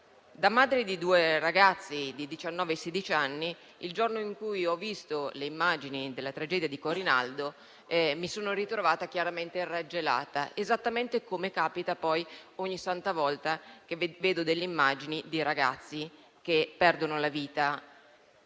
Da madre di due ragazzi di diciannove e sedici anni, il giorno in cui ho visto le immagini della tragedia di Corinaldo mi sono ritrovata raggelata, esattamente come capita ogni volta che vedo immagini di ragazzi che perdono la vita